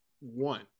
one